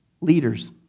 leaders